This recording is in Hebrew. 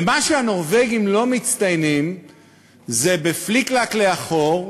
במה שהנורבגים לא מצטיינים זה בפליק-פלאק לאחור,